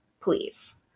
please